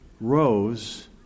rose